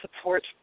support